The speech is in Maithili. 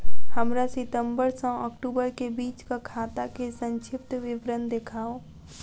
हमरा सितम्बर सँ अक्टूबर केँ बीचक खाता केँ संक्षिप्त विवरण देखाऊ?